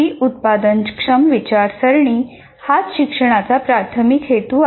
ही उत्पादनक्षम विचारसरणी हाच शिक्षणाचा प्राथमिक हेतू आहे